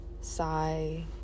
sigh